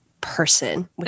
person